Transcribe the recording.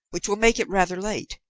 which will make it rather late.